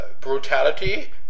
brutality